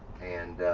and